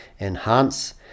enhance